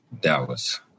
Dallas